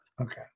okay